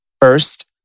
first